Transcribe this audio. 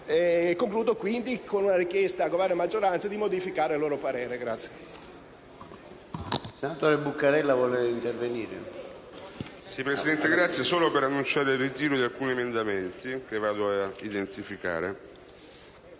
Concludo con una richiesta a Governo e maggioranza di modificare il loro parere.